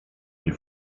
nie